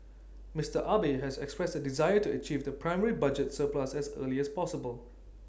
Mister Abe has expressed A desire to achieve the primary budget surplus as early as possible